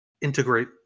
integrate